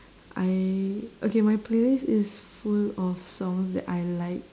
I okay my playlist is full of songs that I like